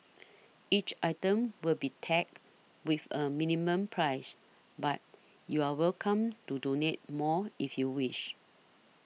each item will be tagged with a minimum price but you're welcome to donate more if you wish